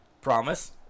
Promise